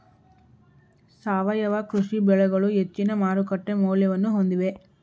ಸಾವಯವ ಕೃಷಿ ಬೆಳೆಗಳು ಹೆಚ್ಚಿನ ಮಾರುಕಟ್ಟೆ ಮೌಲ್ಯವನ್ನು ಹೊಂದಿವೆ